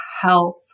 health